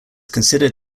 considered